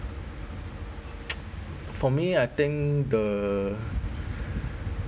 for me I think the